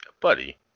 Buddy